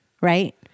Right